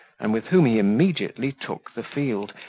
and with whom he immediately took the field,